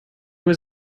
was